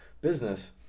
business